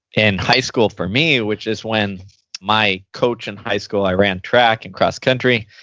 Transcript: in high school for me, which is when my coach in high school i ran track and cross-country,